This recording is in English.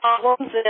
problems